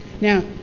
Now